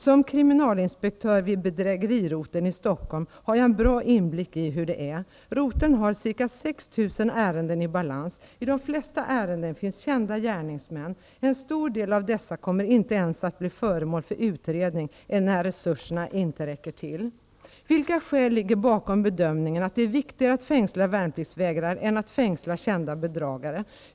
Som kriminalinspektör vid bedrägeriroteln i Stockholm har jag en bra inblick i hur det är. Roteln har ca 6 000 ärenden i balans. I de flesta ärenden finns kända gärningsmän. En stor del av dessa kommer inte ens att bli föremål för utredning, enär resurserna inte räcker till. Vilka skäl ligger bakom bedömningen att det är viktigare att fängsla värnpliktsvägrare än att fängsla kända bedragare?